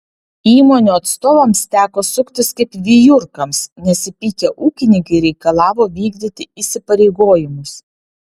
įmonių atstovams teko suktis kaip vijurkams nes įpykę ūkininkai reikalavo vykdyti įsipareigojimus